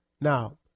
Now